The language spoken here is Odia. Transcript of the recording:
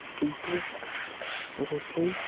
କିନ୍ତୁ ରୋଷେଇ